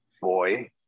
boy